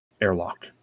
airlock